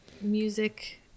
music